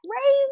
crazy